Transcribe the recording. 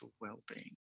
well-being